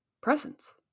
Presence